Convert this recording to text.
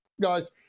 guys